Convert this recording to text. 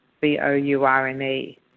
B-O-U-R-N-E